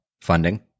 funding